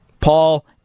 Paul